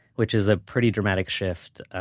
which is a pretty dramatic shift, ah